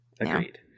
Agreed